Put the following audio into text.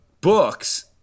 books